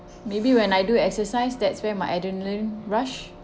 maybe when I do exercise that's where my adrenaline rush